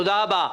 תודה רבה.